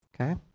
okay